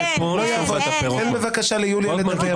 תן בבקשה ליוליה לדבר.